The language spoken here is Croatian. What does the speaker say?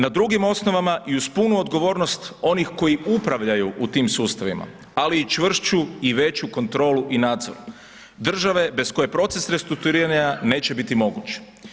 Na drugim osnovama, i uz punu odgovornost onih koji upravljaju u tim sustavima, ali i čvršću i veću kontrolu i nadzor države bez koje proces restrukturiranja neće biti moguć.